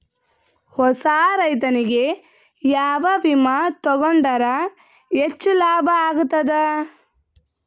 ಹೊಸಾ ರೈತನಿಗೆ ಯಾವ ವಿಮಾ ತೊಗೊಂಡರ ಹೆಚ್ಚು ಲಾಭ ಆಗತದ?